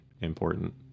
important